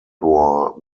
war